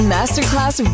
Masterclass